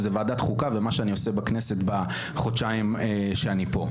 ביחד עם מה שאני עושה בכנסת בחודשיים שלי פה.